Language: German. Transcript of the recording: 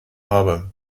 habe